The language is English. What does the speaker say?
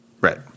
Right